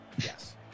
Yes